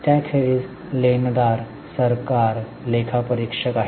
त्याखेरीज लेनदार सरकार लेखा परीक्षक आहेत